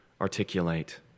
articulate